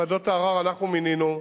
ועדות ערר אנחנו מינינו,